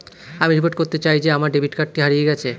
আমি রিপোর্ট করতে চাই যে আমার ডেবিট কার্ডটি হারিয়ে গেছে